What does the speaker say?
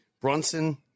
Brunson